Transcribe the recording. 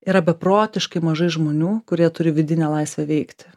yra beprotiškai mažai žmonių kurie turi vidinę laisvę veikti